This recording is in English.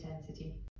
intensity